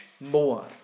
more